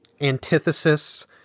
antithesis